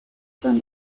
from